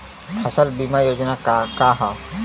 फसल बीमा योजना का ह?